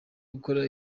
gukora